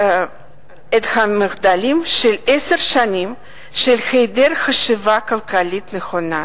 על מחדלים של עשר שנים של היעדר חשיבה כלכלית נכונה.